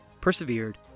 persevered